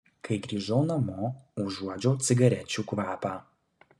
kai grįžau namo užuodžiau cigarečių kvapą